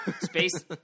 Space